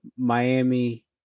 Miami